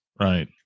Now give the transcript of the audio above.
Right